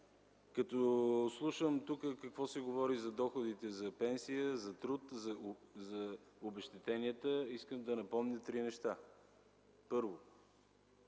Като слушам тук какво се говори за доходите за пенсия, за труд, за обезщетенията, искам да напомня три неща. Първо,